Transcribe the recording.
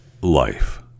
life